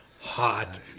Hot